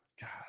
God